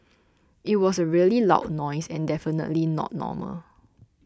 it was a really loud noise and definitely not normal